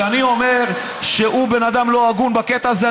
כשאני אומר שהוא בן אדם לא הגון בקטע הזה,